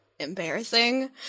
embarrassing